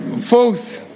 Folks